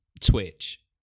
Twitch